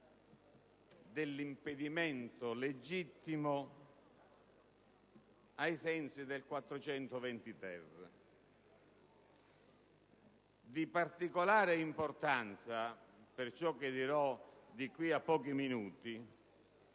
dell'impedimento legittimo, ai sensi del 420-*ter*. Di particolare importanza per ciò che dirò di qui a pochi minuti